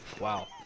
Wow